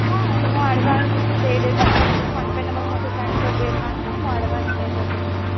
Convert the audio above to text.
ହଁ ମୁଁ ଆଡ଼ଭାନ୍ସ ଦେଇଦେବି ଆପଣଙ୍କ ଫୋନ୍ ପେ ନମ୍ବର୍ ମୋତେ ସେଣ୍ଡ୍ କରିଦେଇଥାନ୍ତୁ ମୁଁ ଆଡ଼ଭାନ୍ସ ପେ କରିଦେଉଛେ